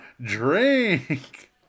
drink